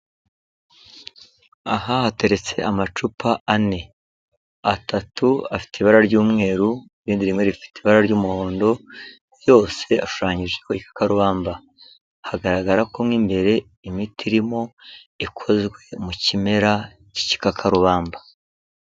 Aha hateretse amacupa ane atatu afite ibara ry'umweru irindi rimwe rifite ibara ry'umuhondo, yose ashushanyijeho igikakarubamba hagaragara ko mo imbere imiti irimo ikozwe mu kimera cy'igikakarubamba.